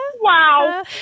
wow